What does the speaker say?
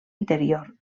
interior